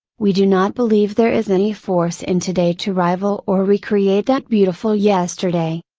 we do not believe there is any force in today to rival or recreate that beautiful yesterday.